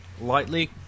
Lightly